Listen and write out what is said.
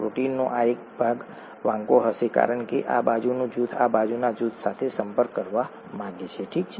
પ્રોટીનનો આ ભાગ વાંકો હશે કારણ કે આ બાજુનું જૂથ આ બાજુના જૂથ સાથે સંપર્ક કરવા માંગે છે ઠીક છે